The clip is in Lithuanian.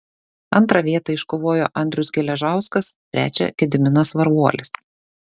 antrą vietą iškovojo andrius geležauskas trečią gediminas varvuolis